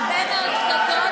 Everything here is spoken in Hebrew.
הרבה מאוד קטטות.